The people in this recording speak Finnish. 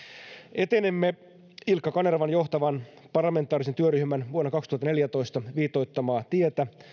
etenemme ilkka kanervan johtaman parlamentaarisen työryhmän vuonna kaksituhattaneljätoista viitoittamaa tietä